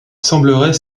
semblerait